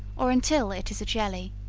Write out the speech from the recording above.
or until it is a jelly.